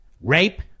rape